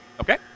Okay